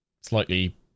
slightly